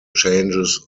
changes